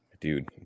dude